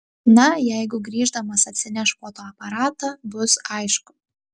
na jeigu grįždamas atsineš fotoaparatą bus aišku